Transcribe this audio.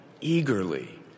eagerly